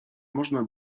można